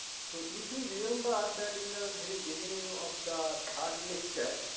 so, if you remember, that in the very beginning of the third lecture,